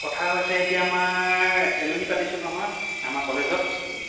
কথা হৈছে এতিয়া আমাৰ এলুমিনি পাতিছোঁ নহয় আমাৰ কলেজত